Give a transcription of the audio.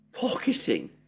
pocketing